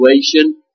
situation